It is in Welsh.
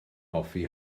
hoffi